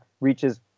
reaches